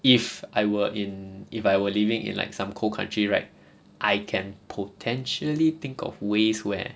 if I were in if I were living in like some cold country right I can potentially think of ways where